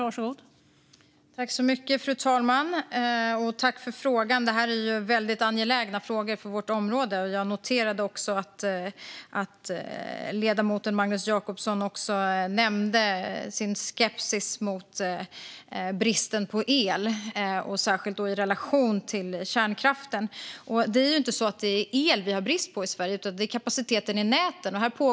Fru talman! Jag tackar för frågan; det här är ju väldigt angelägna frågor för vårt område. Jag noterade att ledamoten Magnus Jacobsson nämnde sin skepsis mot bristen på el, särskilt i relation till kärnkraften. Det är ju inte så att det är el vi har brist på i Sverige, utan det är kapaciteten i näten.